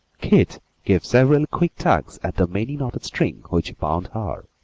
keith gave several quick tugs at the many knotted string which bound her,